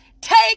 Take